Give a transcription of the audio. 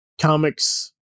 comics